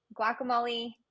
guacamole